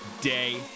day